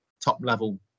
top-level